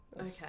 Okay